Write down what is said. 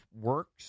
Works